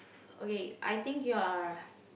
okay I think you're